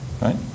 right